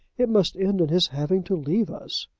it must end in his having to leave us.